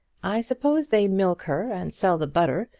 i suppose they milk her and sell the butter,